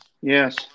Yes